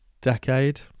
decade